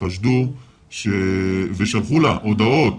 חשדו ושלחו לה הודעות: